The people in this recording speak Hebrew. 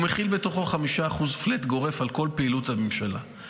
הוא מכיל 5% פלאט גורף על כל פעילות הממשלה,